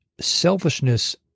selfishness